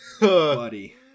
Buddy